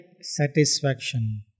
satisfaction